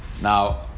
Now